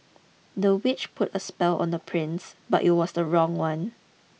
the witch put a spell on the prince but it was the wrong one